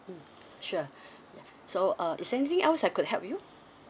mm sure so uh is there anything else I could help you